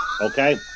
Okay